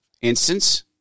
instance